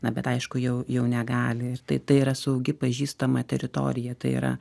na bet aišku jau jau negali ir tai tai yra saugi pažįstama teritorija tai yra